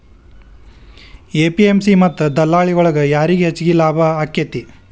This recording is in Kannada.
ಎ.ಪಿ.ಎಂ.ಸಿ ಮತ್ತ ದಲ್ಲಾಳಿ ಒಳಗ ಯಾರಿಗ್ ಹೆಚ್ಚಿಗೆ ಲಾಭ ಆಕೆತ್ತಿ?